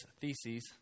theses